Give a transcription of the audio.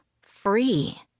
free